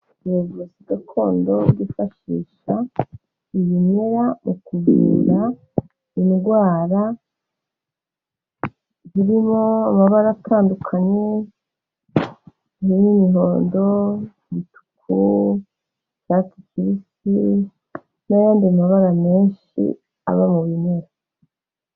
Ubuvuzi gakondo bwifashisha ibimera mu kuvura indwara. Zirimo amabara atandukanye nk'imihodo, imituku, icyatsi kibisi n'ayandi mabara menshi aba mu bimera.